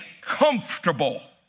comfortable